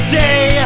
day